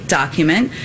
document